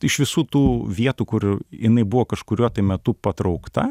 iš visų tų vietų kur jinai buvo kažkuriuo tai metu patraukta